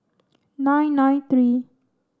nine nine three